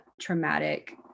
traumatic